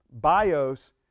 bios